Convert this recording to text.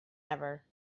ever